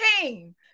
came